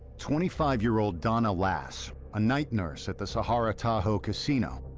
twenty five year old donna lass, a night nurse at the sahara tahoe casino,